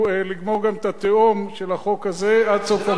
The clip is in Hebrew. את התאום של החוק הזה עד סוף המושב.